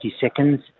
seconds